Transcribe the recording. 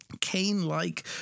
Cain-like